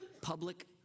public